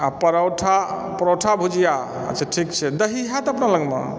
आ परौठा परौठा भुजिया सऽ ठीक छै दही हैत अपना लगमे